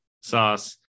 sauce